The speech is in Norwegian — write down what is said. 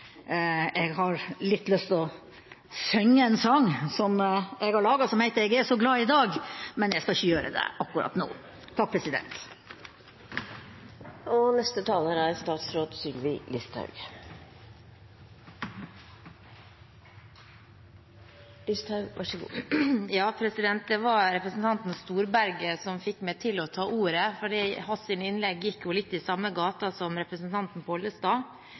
Jeg har litt lyst til å synge en sang som jeg har laget, som heter «Eg e’ så glad i dag», men jeg skal ikke gjøre det akkurat nå. Det var representanten Storberget som fikk meg til å ta ordet, for hans innlegg var jo i samme gate som representanten